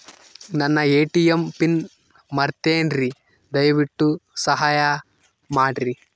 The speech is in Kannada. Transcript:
ನನ್ನ ಎ.ಟಿ.ಎಂ ಪಿನ್ ಮರೆತೇನ್ರೀ, ದಯವಿಟ್ಟು ಸಹಾಯ ಮಾಡ್ರಿ